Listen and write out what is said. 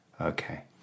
Okay